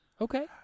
okay